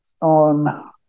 on